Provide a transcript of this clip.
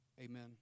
Amen